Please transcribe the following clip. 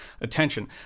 attention